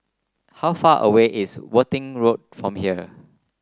how far away is Worthing Road from here